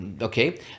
Okay